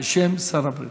בשם שר הבריאות.